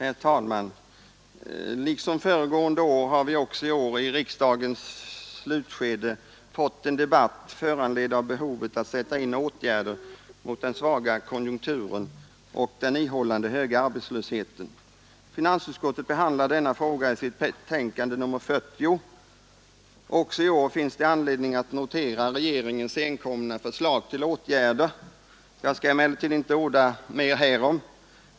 Herr talman! Liksom föregående år har vi också i år i riksdagens slutskede fått en debatt föranledd av behovet av att sätta in åtgärder mot den svaga konjunkturen och den ihållande höga arbetslösheten. Finansutskottet behandlar denna fråga i sitt betänkande nr 40. Också i år finns det anledning notera regeringens senkomna förslag till åtgärder. Jag skall emellertid inte orda mer härom.